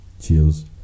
cheers